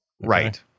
Right